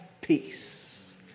peace